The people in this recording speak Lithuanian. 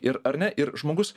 ir ar ne ir žmogus